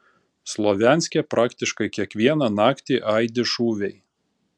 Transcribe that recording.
slovjanske praktiškai kiekvieną naktį aidi šūviai